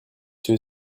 two